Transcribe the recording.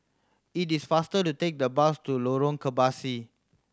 it is faster to take the bus to Lorong Kebasi